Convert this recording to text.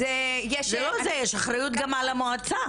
יש אחריות גם על המועצה.